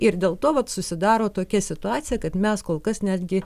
ir dėl to vat susidaro tokia situacija kad mes kol kas netgi